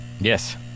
Yes